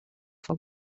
fou